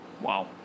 wow